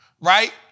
Right